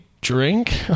drink